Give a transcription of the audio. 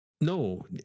No